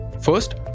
First